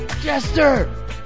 Jester